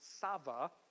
Sava